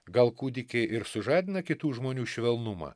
gal kūdikiai ir sužadina kitų žmonių švelnumą